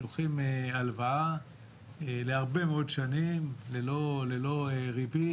שלוקחים הלוואה להרבה מאוד שנים ללא ריבית,